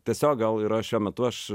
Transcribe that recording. tiesiog gal yra šiuo metu aš